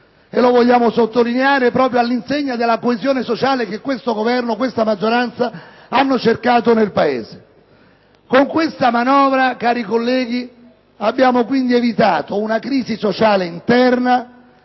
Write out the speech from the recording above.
Vogliamo sottolinearlo proprio all'insegna della coesione sociale che il Governo e la maggioranza hanno cercato nel Paese. Con questa manovra, onorevoli colleghi, abbiamo evitato una crisi sociale interna